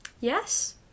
Yes